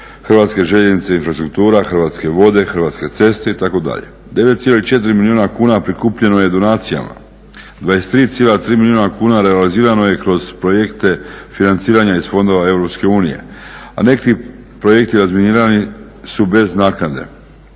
Hrvatske željeznice infrastruktura, Hrvatske vode, Hrvatske ceste itd. 9,4 milijuna kuna prikupljeno je donacijama. 23,3 milijuna kuna realizirano je kroz projekte financiranja iz fondova EU, a neki projekti razminirani su bez naknade.